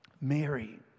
Mary